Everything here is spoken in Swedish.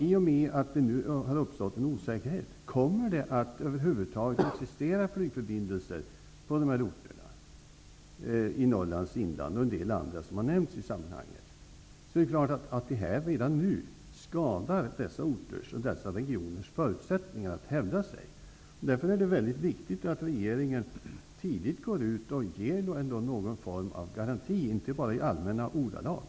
I och med att det nu har uppstått en osäkerhet om huruvida det över huvud taget kommer att existera flygförbindelser på de här orterna i Norrlands inland och på en del andra orter som har nämnts, är det klart att det redan nu skadar dessa orters och dessa regioners förutsättningar att hävda sig. Därför är det mycket viktigt att regeringen tidigt går ut och ger någon form av garanti, inte bara i allmänna ordalag.